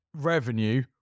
revenue